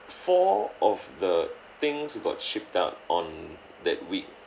four of the things got shipped out on that week